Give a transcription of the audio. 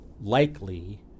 likely